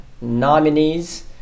nominees